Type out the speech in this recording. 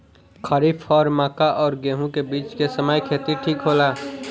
खरीफ और मक्का और गेंहू के बीच के समय खेती ठीक होला?